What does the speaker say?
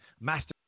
Master